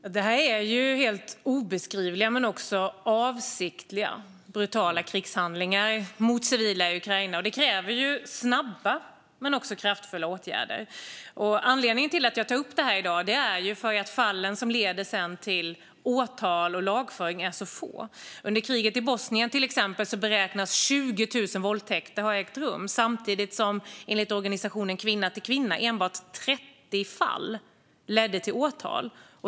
Fru talman! Det är fråga om helt obeskrivliga och avsiktliga brutala krigshandlingar mot civila i Ukraina. Och det kräver snabba och kraftfulla åtgärder. Anledningen till att jag tar upp detta i dag är att fallen som leder till åtal och lagföring är så få. Under kriget i Bosnien beräknas 20 000 våldtäkter ha ägt rum. Men enligt organisationen Kvinna till Kvinna ledde enbart 30 fall till åtal.